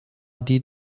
die